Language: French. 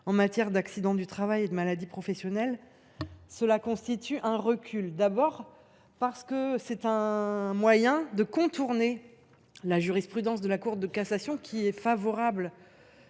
en matière d’accidents du travail et de maladies professionnelles, il constitue un recul. En effet, c’est un moyen de contourner la jurisprudence de la Cour de cassation. Cette